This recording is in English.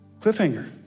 Cliffhanger